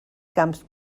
camps